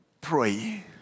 pray